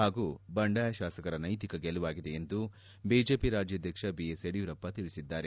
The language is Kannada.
ಹಾಗೂ ಬಂಡಾಯ ಶಾಸಕರ ನೈತಿಕ ಗೆಲುವಾಗಿದೆ ಎಂದು ಬಿಜೆಪಿ ರಾಜ್ಯಾಧ್ಯಕ್ಷ ಬಿ ಎಸ್ ಯಡಿಯೂರಪ್ಪ ತಿಳಿಸಿದ್ದಾರೆ